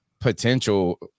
potential